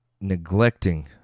neglecting